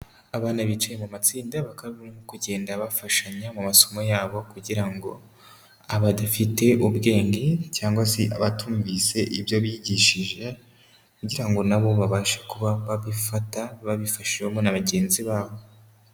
Abana bicayeye mu matsinda bakaba barimo kugenda bafashanya mu masomo yabo, kugira ngo abadafite ubwenge cyangwa se abatumvise ibyo bigishije, kugira ngo nabo babashe kuba babifata babifashijwemo na bagenzi babo.